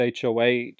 HOH